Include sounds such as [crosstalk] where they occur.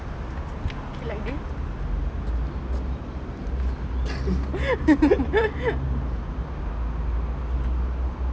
[laughs]